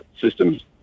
systems